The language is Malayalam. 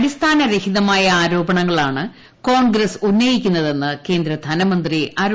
അടിസ്ഥാന രഹിതമായ ആരോപണങ്ങളാണ് കോൺഗ്രസ് ഉന്നയിക്കുന്നതെന്ന് കേന്ദ്ര ധനമന്ത്രി അരുൺ ജയ്റ്റ്ലി